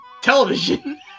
television